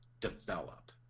develop